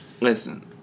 Listen